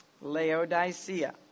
Laodicea